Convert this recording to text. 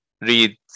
read